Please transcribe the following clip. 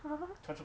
!huh!